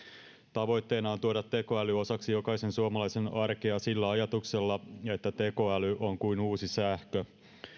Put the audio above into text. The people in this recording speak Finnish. tavoitteena on tuoda tekoäly osaksi jokaisen suomalaisen arkea sillä ajatuksella että tekoäly on kuin uusi sähkö